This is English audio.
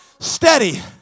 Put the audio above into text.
Steady